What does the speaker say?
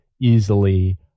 easily